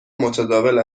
متداول